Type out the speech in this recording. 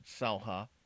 Salha